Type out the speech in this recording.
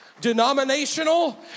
Denominational